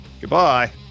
Goodbye